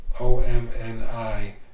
O-M-N-I